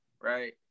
right